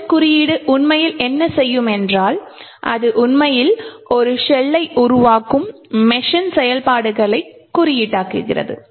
shell குறியீடு உண்மையில் என்ன செய்யும் என்றால் அது உண்மையில் ஒரு ஷெல்லை உருவாக்கும் மெஷின் செயல்பாடுகளை குறியீடாக்குகிறது